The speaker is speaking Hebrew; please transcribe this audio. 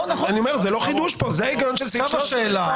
זה לא חידוש פה, זה ההיגיון של סעיף 13. נכון.